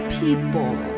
people